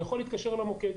הוא יכול להתקשר למוקד,